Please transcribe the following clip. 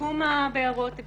שיקום הבארות,